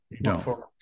No